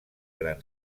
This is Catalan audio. gran